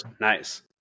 Nice